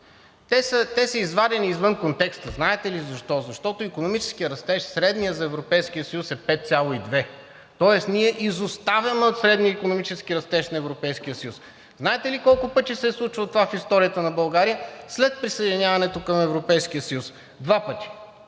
те са извадени извън контекста. Знаете ли защо? Защото икономическият растеж, средният за Европейския съюз е 5,2%. Тоест ние изоставаме от средния икономически растеж на Европейския съюз. Знаете ли колко пъти се е случвало това в историята на България след присъединяването към Европейския съюз? Два пъти.